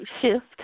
shift